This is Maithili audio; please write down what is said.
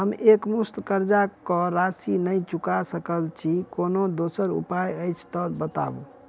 हम एकमुस्त कर्जा कऽ राशि नहि चुका सकय छी, कोनो दोसर उपाय अछि तऽ बताबु?